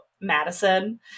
Madison